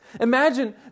imagine